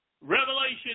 Revelation